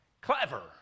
clever